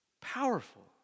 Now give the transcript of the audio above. Powerful